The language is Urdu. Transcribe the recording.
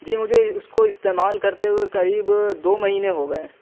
جی مجھے اس کو استعمال کرتے ہوئے قریب دو مہینے ہو گئے